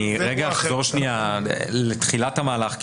אחזור שנייה לתחילת המהלך,